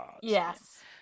Yes